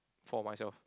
for myself